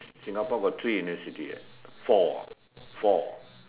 Singapore got three university ah four four